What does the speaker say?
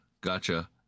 Gotcha